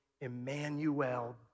Emmanuel